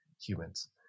humans